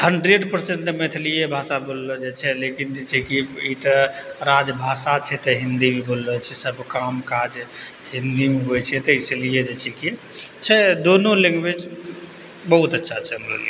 hundred percent तऽ मैथिलिये भाषा बोलल जाइ छै लेकिन जे छै की ई तऽ राज भाषा छै तऽ हिन्दीमे बोलल सबकऽ काम काज हिन्दीमे होइ छै तऽ इसलिए जे छै की छै दुनू लैंग्वेज बहुत अच्छा छै हमरा लिए